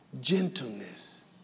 gentleness